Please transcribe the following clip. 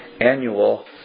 annual